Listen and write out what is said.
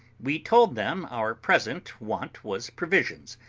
we told them our present want was provisions,